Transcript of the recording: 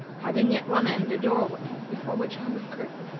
having at one end a doorway before which hung a curtain.